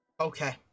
okay